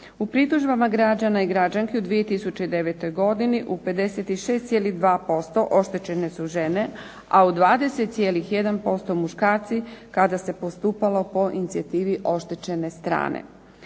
U pritužbama građana i građanki u 2009. godini u 56,2% oštećene su žene, a u 20,1% muškarci kada se postupalo po inicijativi oštećene strane.